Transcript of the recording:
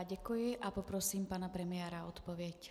Děkuji a poprosím pana premiéra o odpověď.